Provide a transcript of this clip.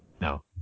no